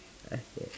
okay